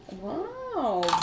Wow